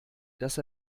dass